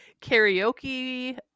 karaoke